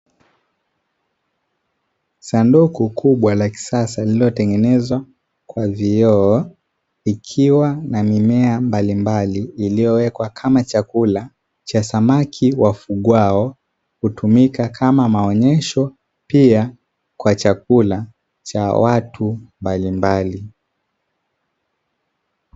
Sanduku kubwa la kisasa lililotengenezwa kwa vioo likiwa na mimea mbalimbali lililowekwa kama chakula cha samaki wafugwao, hutumika kama maonesho pia kwa chakula cha watu mbalimbali.